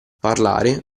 parlare